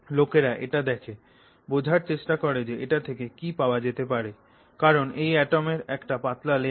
লোকেরা এটা দেখে বোঝার চেষ্টা করে যে এটা থেকে কি পাওয়া যেতে পারে কারণ এটা অ্যাটমের একটা পাতলা লেয়ার